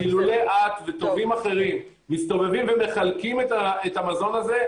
שאילולא את וטובים אחרים מסתובבים ומחלקים את המזון הזה,